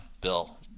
Bill